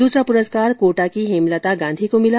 दूसरा पुरस्कार कोटा की हेमलता गांधी को ँमिला